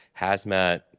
hazmat